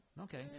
Okay